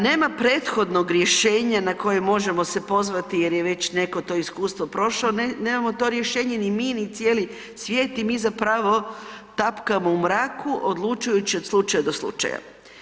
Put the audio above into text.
Nema prethodnog rješenja na koje se možemo pozvati jer je već neko to iskustvo prošao, nemamo to rješenje ni mi ni cijeli svijet i mi zapravo tapkamo u mraku odlučujući od slučaja do slučaja.